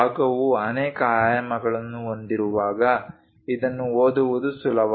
ಭಾಗವು ಅನೇಕ ಆಯಾಮಗಳನ್ನು ಹೊಂದಿರುವಾಗ ಇದನ್ನು ಓದುವುದು ಸುಲಭ